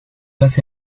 las